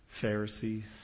Pharisees